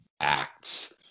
acts